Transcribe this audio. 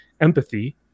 empathy